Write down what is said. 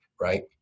Right